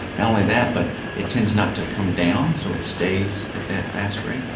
not only that but it tends not to come down, so it stays at that fast rate.